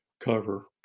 cover